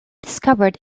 discovered